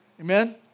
Amen